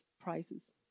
prices